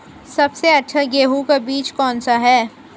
सबसे अच्छा गेहूँ का बीज कौन सा है?